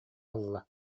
ылла